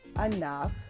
enough